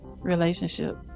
relationship